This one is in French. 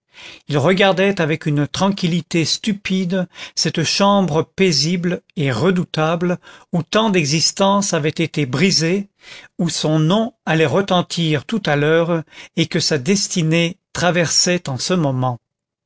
il regardait avec une tranquillité stupide cette chambre paisible et redoutable où tant d'existences avaient été brisées où son nom allait retentir tout à l'heure et que sa destinée traversait en ce moment